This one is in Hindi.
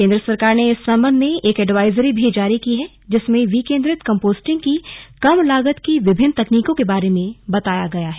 केंद्र सरकार ने इस संबंध में एक एडवाईजरी भी जारी की है जिसमें विकेंद्रित कम्पोस्टिंग की कम लागत की विभिन्न तकनीकों के बारे में बताया गया है